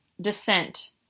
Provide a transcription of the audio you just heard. descent